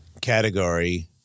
category